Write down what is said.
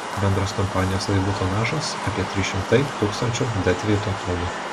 bendras kompanijos laivų tonažas apie trys šimtai tūkstančių dedveito tonų